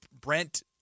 Brent